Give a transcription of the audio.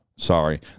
Sorry